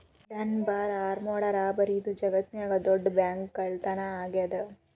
Dunbar armoured robbery ಇದು ಜಗತ್ನ್ಯಾಗ ದೊಡ್ಡ ಬ್ಯಾಂಕ್ಕಳ್ಳತನಾ ಆಗೇದ